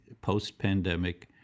post-pandemic